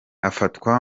afatwa